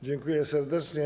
Dziękuję serdecznie.